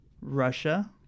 Russia